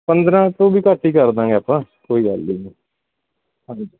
ਪੰਦਰਾਂ ਤੋਂ ਵੀ ਘੱਟ ਹੀ ਕਰ ਦਾਂਗੇ ਆਪਾਂ ਕੋਈ ਗੱਲ ਹੀ ਨਹੀਂ ਹਾਂਜੀ